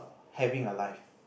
having a life